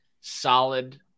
Solid